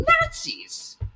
Nazis